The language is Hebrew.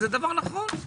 זה דבר נכון.